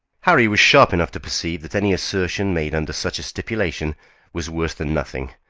harry was sharp enough to perceive that any assertion made under such a stipulation was worse than nothing.